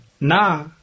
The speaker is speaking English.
Na